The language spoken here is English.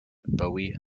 bowie